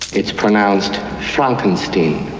it's pronounced franken-steen.